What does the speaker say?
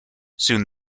soon